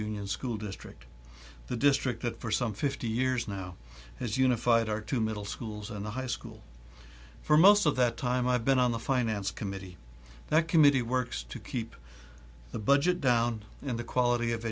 school district the district that for some fifty years now has unified our two middle schools and high school for most of that time i've been on the finance committee that committee works to keep the budget down and the quality of